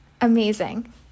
Amazing